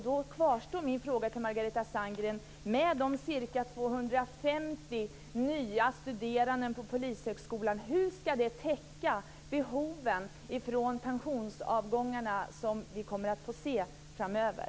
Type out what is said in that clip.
Då kvarstår min fråga till Margareta Sandgren: Hur skall de ca 250 nya studerande på Polishögskolan täcka behoven som kommer att uppstå i samband med kommande pensionsavgångar?